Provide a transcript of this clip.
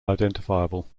identifiable